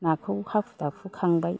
नाखौ हाखु दाखु खांबाय